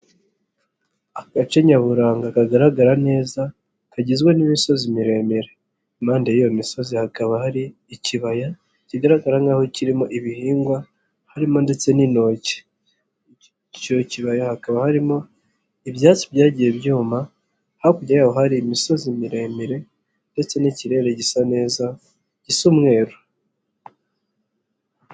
Agace nyaburanga kagaragara neza kagizwe n'imisozi miremire impande y'iyo misozi hakaba hari ikibaya kigaragara nk'aho kirimo ibihingwa harimo ndetse harimo n'intoki, icyo kibaya hakaba harimo ibyatsi byagiye byuma hakurya yaho hari imisozi miremire ndetse n'ikirere gisa neza gisimweru.